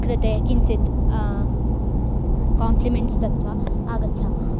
कृते किञ्चित् कोम्प्लिमेण्ट्स् दत्वा आगच्छामः